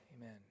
amen